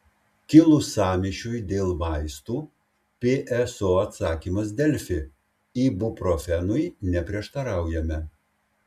kilus sąmyšiui dėl vaistų pso atsakymas delfi ibuprofenui neprieštaraujame